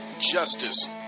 justice